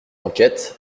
enquête